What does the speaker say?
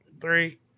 three